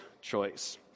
choice